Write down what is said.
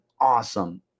awesome